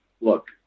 look